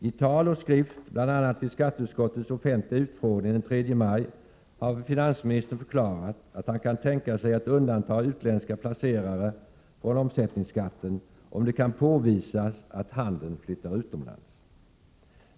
I tal och skrift, bl.a. vid skatteutskottets offentliga utfrågning den 3 maj, har finansministern förklarat att han kan tänka sig att undanta utländska placerare från omsättningsskatten om det kan påvisas att handeln flyttar utomlands.